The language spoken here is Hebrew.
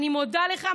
אני מודה לך,